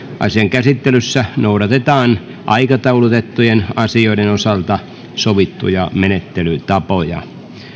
asian käsittelyssä noudatetaan aikataulutettujen asioiden osalta sovittuja menettelytapoja